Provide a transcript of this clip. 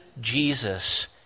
jesus